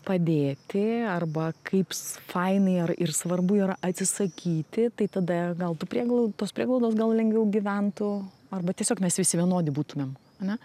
padėti arba kaip s fainai ar ir svarbu yra atsisakyti tai tada gal tų prieglau tos prieglaudos gal lengviau gyventų arba tiesiog mes visi vienodi būtumėm ane